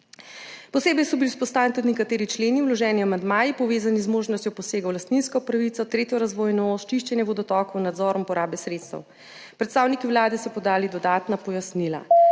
Posebej so bili izpostavljeni tudi nekateri členi, vloženi amandmaji, povezani z možnostjo posegov v lastninsko pravico, tretjo razvojno os, čiščenje vodotokov, nadzorom porabe sredstev. Predstavniki Vlade so podali dodatna pojasnila.